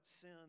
sin